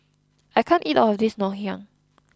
I can't eat all of this Ngoh Hiang